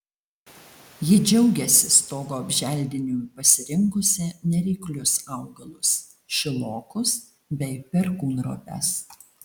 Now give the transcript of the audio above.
ji džiaugiasi stogo apželdinimui pasirinkusi nereiklius augalus šilokus bei perkūnropes